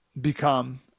become